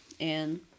and-